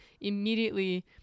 immediately